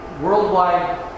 worldwide